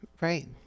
right